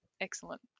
Excellent